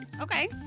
Okay